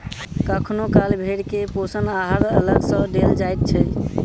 कखनो काल भेंड़ के पोषण आहार अलग सॅ देल जाइत छै